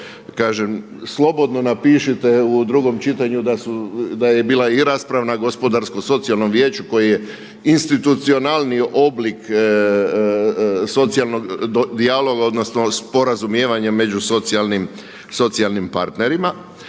kažem slobodno napišite u drugom čitanju da su, da je bila i rasprava na Gospodarsko-socijalnom vijeću koji je institucionalni oblik socijalnog dijaloga, odnosno sporazumijevanje među socijalnim partnerima.